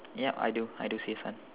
ya I do I do see front